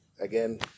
again